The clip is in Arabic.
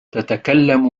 تتكلم